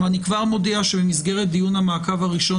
אני כבר מודיע שבמסגרת דיון המעקב הראשון